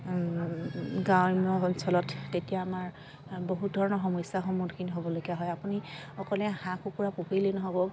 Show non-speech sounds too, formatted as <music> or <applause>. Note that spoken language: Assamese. <unintelligible> অঞ্চলত তেতিয়া আমাৰ বহুত ধৰণৰ সমস্যাৰ সন্মুখীন হ'বলগীয়া হয় আপুনি অকলে হাঁহ কুকুৰা পুহিলেই নহ'ব